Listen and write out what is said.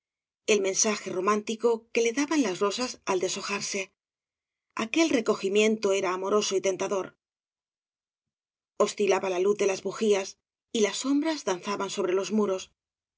el mensaje romántico que le daban las rosas al deshojarse el recogimiento era amoroso y tentador oscilaba la luz de las bujías y las sombras danzaban sobre los muros